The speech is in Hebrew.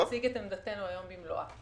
אני אציג את עמדתנו היום במלואה.